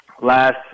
last